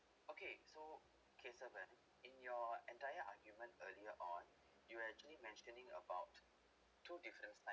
okay so kesavan in your entire argument earlier on you were actually mentioning about two different type